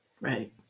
Right